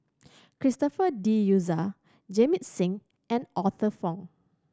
Christopher De Souza Jamit Singh and Arthur Fong